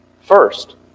First